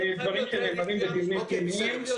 אלה דברים שנאמרים בדיונים פנימיים.